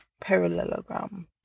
parallelogram